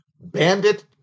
bandit